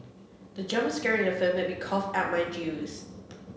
the jump scare in the film made me cough out my juice